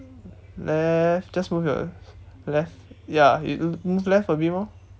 left just move your left ya you move left a bit more